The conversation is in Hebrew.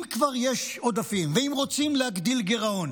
אם כבר יש עודפים ואם רוצים להגדיל גירעון